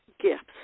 gifts